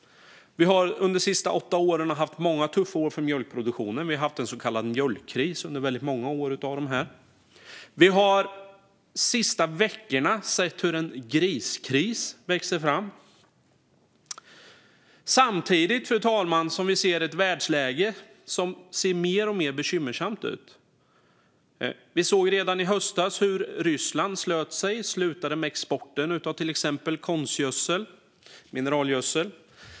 Vi har under de senaste åtta åren haft många tuffa år för mjölkproduktionen. Vi har haft en så kallad mjölkkris under många av dessa år. Vi har under de senaste veckorna sett hur en griskris växer fram. Fru talman! Samtidigt har vi ett världsläge som ser mer och mer bekymmersamt ut. Vi såg redan i höstas hur Ryssland slöt sig och slutade med exporten av till exempel konstgödsel - mineralgödsel.